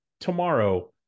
tomorrow